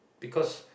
because